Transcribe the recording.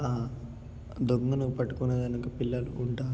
దొంగను పట్టుకునే దానికి పిల్లలు ఉంటారు